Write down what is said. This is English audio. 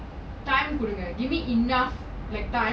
time could give me enough like time